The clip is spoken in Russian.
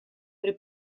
при